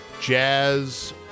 jazz